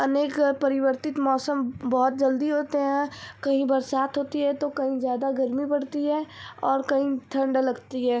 अनेक परिवर्तित मौसम बहुत जल्दी होते हैं कहीं बरसात होती है तो कहीं ज़्यादा गर्मी पड़ती है और कहीं ठंड लगती है